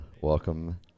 welcome